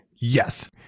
yes